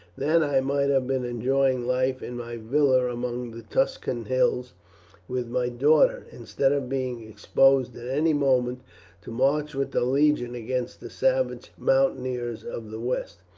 then i might have been enjoying life in my villa among the tuscan hills with my daughter, instead of being exposed at any moment to march with the legion against the savage mountaineers of the west.